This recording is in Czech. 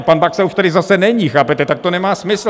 A pak Baxa už tady zase není, chápete, tak to nemá smysl.